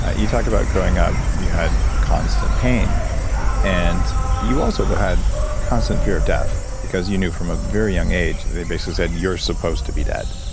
you talk about growing up you had constant pain and you also had constant fear of death, because you knew from a very young age the basis said you're supposed to be dead,